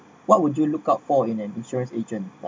what would you look out for in an insurance agent